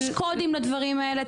יש קודים לדברים האלה,